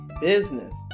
Business